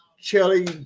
chili